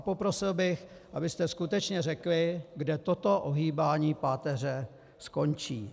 Poprosil bych, abyste skutečně řekli, kde toto ohýbání páteře skončí.